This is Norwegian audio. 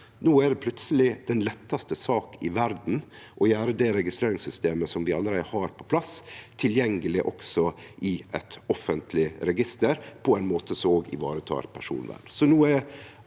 No er det plutseleg den lettaste sak i verda å gjere registreringssystemet – som vi allereie har på plass – tilgjengeleg i eit offentleg register på ein måte som òg varetek personvernet.